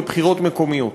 בבחירות מקומיות.